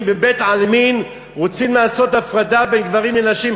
אם בבית-עלמין רוצים לעשות הפרדה בין גברים לנשים,